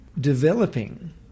developing